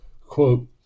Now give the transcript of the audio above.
Quote